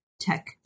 tech